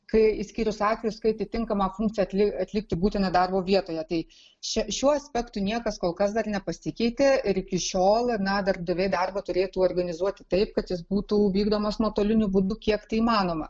kai išskyrus atvejus kai atitinkamą funkciją atlieka atlikti būtini darbo vietoje tai šią šiuo aspektu niekas kol kas dar nepasikeitė ir iki šiol na darbdaviai darbo turėtų organizuoti taip kad jis būtų vykdomas nuotoliniu būdu kiek tai įmanoma